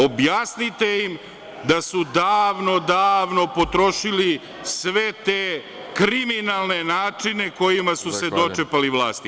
Objasnite im da su davno, davno potrošili sve te kriminalne načine kojima su se dočepali vlasti.